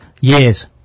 years